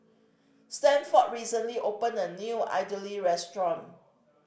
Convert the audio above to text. Stanford recently opened a new Idili restaurant